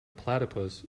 platypus